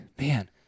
man